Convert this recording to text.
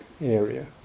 area